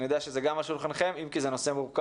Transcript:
אני יודע שזה גם על שולחנכם, אם כי זה נושא מורכב.